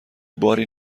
باری